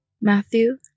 Matthew